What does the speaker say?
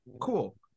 Cool